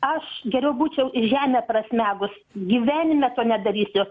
aš geriau būčiau į žemę prasmegus gyvenime to nedarysiu